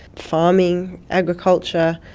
farming, agriculture,